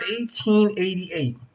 1888